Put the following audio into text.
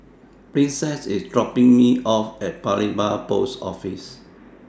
Princess IS dropping Me off At Paya Lebar Post Office